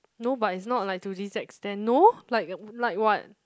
no but it's not like to this extent no like like what